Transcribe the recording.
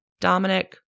Dominic